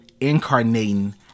incarnating